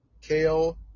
kale